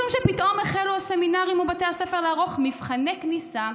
משום שפתאום החלו הסמינרים ובתי הספר לערוך מבחני כניסה.